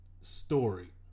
story